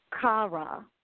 Kara